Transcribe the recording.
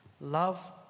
love